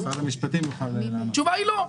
שר המשפטים אחראי ל --- התשובה היא לא.